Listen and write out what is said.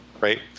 right